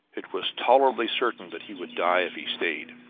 it was tolerably certain that he would die if he stayed.